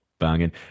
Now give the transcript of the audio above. banging